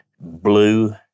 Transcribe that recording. blue